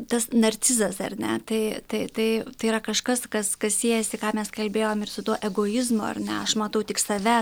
tas narcizas ar ne tai tai tai tai yra kažkas kas kas siejasi ką mes kalbėjom ir su tuo egoizmu ar ne aš matau tik save